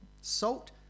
Salt